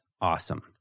awesome